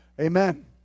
Amen